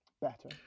better